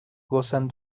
gozan